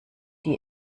die